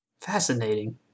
Fascinating